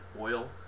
oil